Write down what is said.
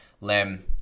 Lem